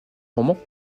roman